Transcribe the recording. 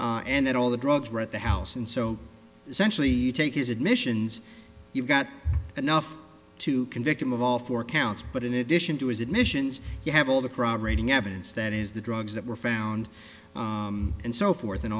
and all the drugs were at the house and so essentially you take his admissions you've got enough to convict him of all four counts but in addition to his admissions you have all the crowd rating evidence that is the drugs that were found and so forth and